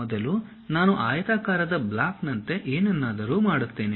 ಮೊದಲು ನಾನು ಆಯತಾಕಾರದ ಬ್ಲಾಕ್ನಂತೆ ಏನನ್ನಾದರೂ ಮಾಡುತ್ತೇನೆ